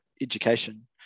education